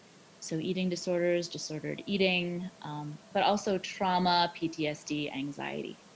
so eating disorders, disordered eating but also trauma, ptsd, anxiety.